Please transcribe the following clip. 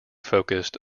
focused